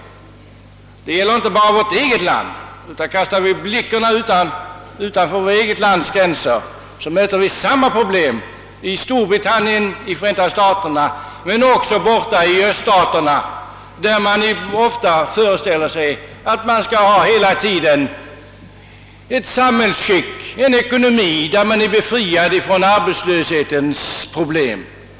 Det gäller inte bara vårt eget land. Utanför vårt eget lands gränser möter vi samma problem — i Storbritannien, Förenta Staterna och även i öststaterna, där man ofta föreställer sig att man hela tiden skall ha ett samhällsskick, en ekonomi som innebär att man är befriad från arbetslöshetens problem.